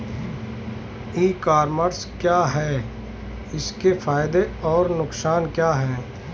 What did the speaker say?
ई commerce क्या है इसके फायदे और नुकसान क्या है?